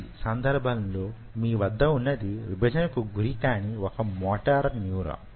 ఈ సందర్భంలో మీ వద్ద వున్నది విభజన కు గురి కాని వొక మోటార్ న్యూరాన్